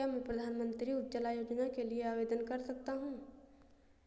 क्या मैं प्रधानमंत्री उज्ज्वला योजना के लिए आवेदन कर सकता हूँ?